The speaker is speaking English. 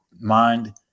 mind